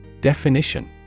Definition